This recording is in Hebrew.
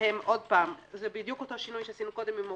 שהם שוב זה בדיוק אותו שינוי שעשינו קודם עם האופנועים,